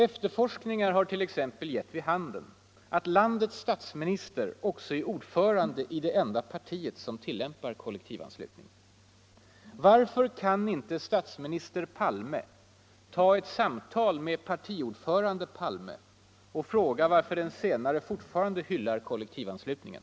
Efterforskningar har t.ex. gett vid handen att landets statsminister också är ordförande i det enda partiet som tillämpar kollektivanslutning. Varför kan inte statsminister Palme ta ett samtal med partiordförande Palme och fråga varför den senare fortfarande hyllar kollektivanslutningen?